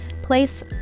Place